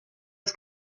was